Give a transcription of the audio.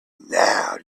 now